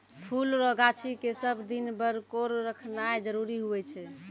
फुल रो गाछी के सब दिन बरकोर रखनाय जरूरी हुवै छै